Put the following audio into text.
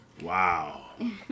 Wow